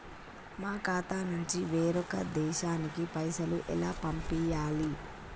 మా ఖాతా నుంచి వేరొక దేశానికి పైసలు ఎలా పంపియ్యాలి?